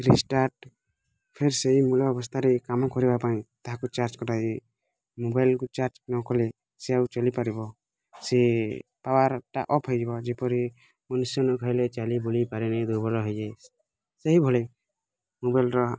restart ଫିର୍ସେ ମୂଳ ଅବସ୍ଥାରେ କାମ କରିବା ପାଇଁ ତାହାକୁ ଚାର୍ଜ କରାଯାଏ ମୋବାଇଲ୍କୁ ଚାର୍ଜ ନ କଲେ ସେ ଆଉ ଚାଲି ପାରିବ ସେ ପାୱାର୍ଟା ଅଫ୍ ହେଇଯିବ ଯେପରି ମନୁଷ୍ୟ ନ ଖାଇଲେ ଚାଲି ବୁଲି ପାରେନି ଦୁର୍ବଳ ହେଇ ଯାଏ ସେଇଭଳି ମୋବାଇଲ୍ର